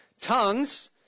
Tongues